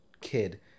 kid